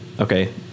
Okay